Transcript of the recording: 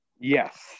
yes